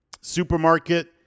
Supermarket